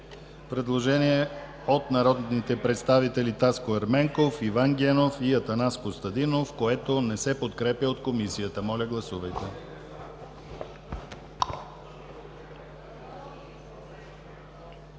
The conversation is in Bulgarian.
предложение от народните представители Таско Ерменков, Иван Генов и Атанас Костадинов, което не се подкрепя от Комисията. Моля, гласувайте.